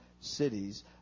cities